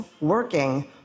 working